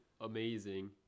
amazing